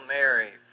Mary